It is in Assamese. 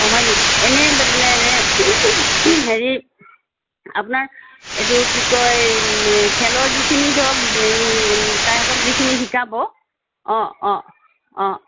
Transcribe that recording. অ হয়নি এনে মানে হেৰি আপোনাৰ এইটো কি কয় খেলৰ যিখিনি ধৰক তাহাঁতক যিখিনি শিকাব অ অ অ